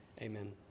amen